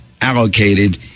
allocated